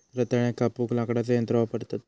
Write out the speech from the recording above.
रताळ्याक कापूक लाकडाचा यंत्र वापरतत